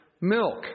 milk